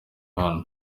hano